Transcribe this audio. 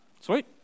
Sweet